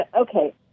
Okay